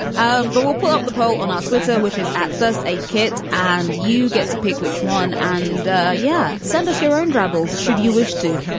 ah um but we'll pull up the poll on ah twitter, which is at first aid kit and you get to pick which one and. yeah. send us your own troubles. should you wish to,